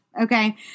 Okay